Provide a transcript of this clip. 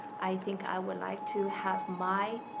i think i would like to have my